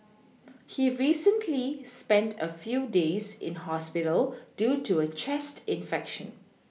he recently spent a few days in hospital due to a chest infection